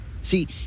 See